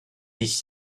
dix